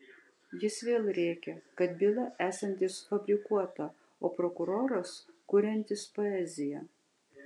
jis vėl rėkė kad byla esanti sufabrikuota o prokuroras kuriantis poeziją